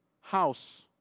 house